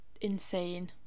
insane